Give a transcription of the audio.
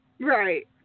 Right